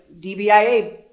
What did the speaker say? DBIA